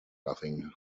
nothing